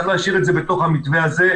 צריך להשאיר את זה בתוך המתווה הזה.